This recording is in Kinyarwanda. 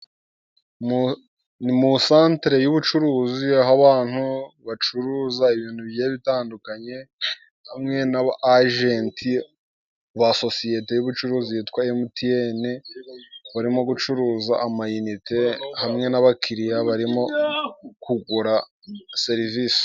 Ni mu isantere y'ubucuruzi, aho abantu bacuruza ibintu bigiye bitandukanye, hamwe na ba ajenti ba sosiyete y'ubucuruzi yitwa emutiyene, urimo gucuruza amayinite hamwe n'abakiriya barimo kugura serivisi.